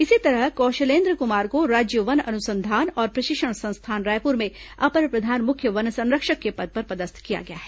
इसी तरह कौशलेन्द्र कुमार को राज्य वन अन्संधान और प्रशिक्षण संस्थान रायपुर में अपर प्रधान मुख्य वन संरक्षक के पद पर पदस्थ किया गया है